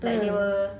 mm